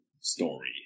story